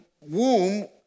womb